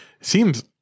Seems